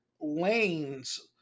lanes